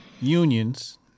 Unions